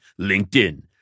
LinkedIn